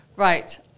Right